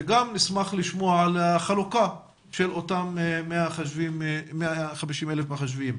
וגם נשמח לשמוע על החלוקה של אותם 150,000 מחשבים,